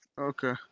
Okay